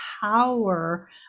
power